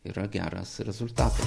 yra geras rezultatas